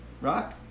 Right